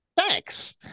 thanks